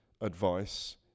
advice